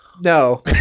no